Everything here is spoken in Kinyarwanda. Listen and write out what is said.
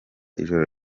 ijoro